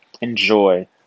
enjoy